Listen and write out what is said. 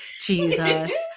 jesus